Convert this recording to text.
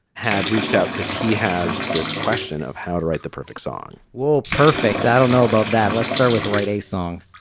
had reached out because he has this question of how to write the perfect song. well, perfect. i don't know about that. let's start with write a song